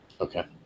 Okay